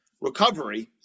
recovery